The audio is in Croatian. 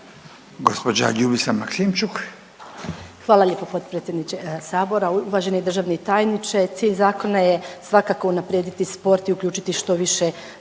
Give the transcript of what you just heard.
Ljubica (HDZ)** Hvala lijepo potpredsjedniče Sabora. Uvaženi državni tajniče, cilj zakona je svakako unaprijediti sport i uključiti što više ljudi